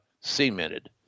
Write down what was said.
cemented